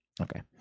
Okay